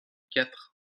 quatre